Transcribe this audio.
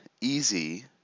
easy